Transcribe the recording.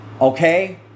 Okay